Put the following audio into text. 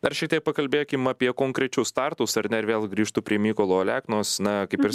dar šiek tiek pakalbėkim apie konkrečius startus ar ne ir vėl grįžtu prie mykolo aleknos na kaip ir